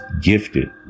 gifted